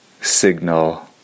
signal